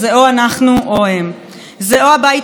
זה או הבית היהודי או זכויות האדם,